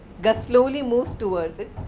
gus slowly moves towards it,